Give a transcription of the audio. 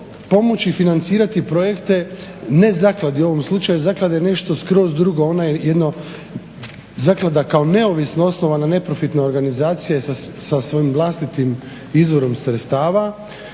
pomoći financirati projekte ne zakladi, u ovom slučaju zaklada je nešto skroz drugo ona je zaklada kao neovisno osnovana neprofitna organizacija sa svojim vlastitim izvorom sredstava